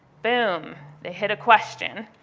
boom, they hit a question.